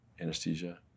anesthesia